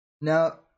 Now